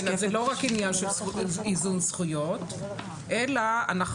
זה לא רק עניין של איזון זכויות אלא אנחנו